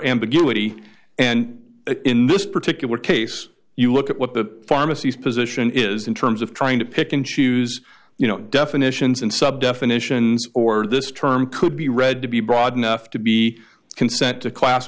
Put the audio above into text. ambiguity and in this particular case you look at what the pharmacy's position is in terms of trying to pick and choose you know definitions and sub definitions or this term could be read to be broad enough to be consent to class